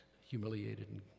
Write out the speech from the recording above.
humiliated